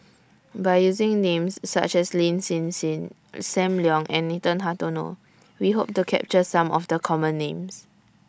By using Names such as Lin Hsin Hsin SAM Leong and Nathan Hartono We Hope to capture Some of The Common Names